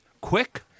quick